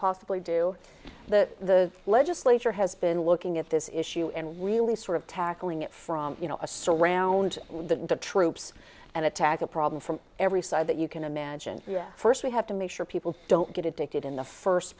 possibly do the legislature has been looking at this issue and really sort of tackling it from you know a surround of troops and attack a problem from every side that you can imagine first we have to make sure people don't get addicted in the first